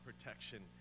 protection